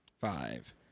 Five